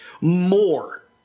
more